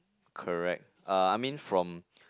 correct uh I mean from